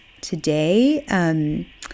today